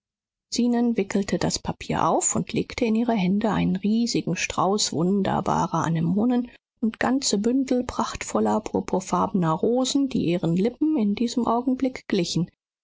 zenon wickelte das papier auf und legte in ihre hände einen riesigen strauß wunderbarer anemonen und ganze bündel prachtvoller purpurfarbener rosen die ihren lippen in diesem augenblick glichen